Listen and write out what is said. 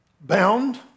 bound